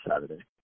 Saturday